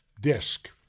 disc